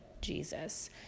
Jesus